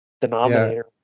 denominator